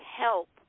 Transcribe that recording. help